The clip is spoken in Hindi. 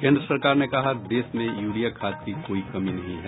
केन्द्र सरकार ने कहा देश में यूरिया खाद की कोई कमी नहीं है